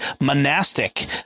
monastic